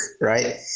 right